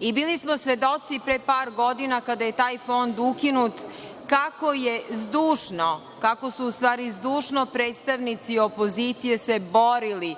Bili smo svedoci, pre par godina kada je taj fond ukinut, kako su se dušno predstavnici opozicije borili